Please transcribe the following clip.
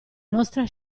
nostra